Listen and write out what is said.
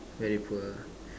very poor